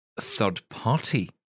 third-party